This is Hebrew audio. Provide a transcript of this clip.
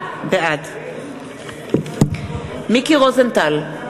בעד מיקי רוזנטל,